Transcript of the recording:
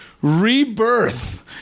rebirth